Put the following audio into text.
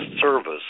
service